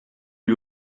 lui